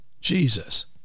Jesus